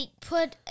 put